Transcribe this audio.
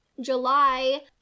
July